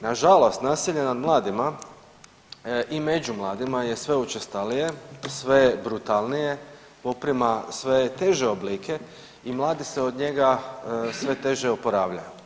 Nažalost, nasilje nad mladima i među mladima je sve učestalije, sve je brutalnije, poprima sve teže oblike i mladi se od njega sve teže oporavljaju.